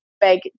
big